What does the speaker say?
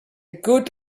good